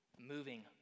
moving